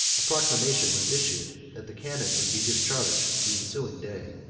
a proclamation was issued, that the cannon would be discharged the ensuing day.